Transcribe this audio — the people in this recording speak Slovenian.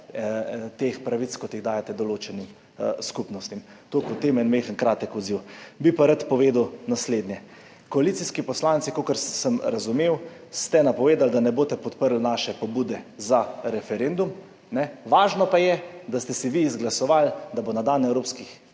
teh pravic, kot jih dajete določenim skupnostim. Toliko o tem, en kratek odziv. Rad bi pa povedal naslednje. Koalicijski poslanci, kolikor sem razumel, ste napovedali, da ne boste podprli naše pobude za referendum, važno pa je, da ste vi izglasovali, da boste na dan evropskih